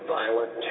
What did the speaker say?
violent